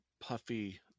puffy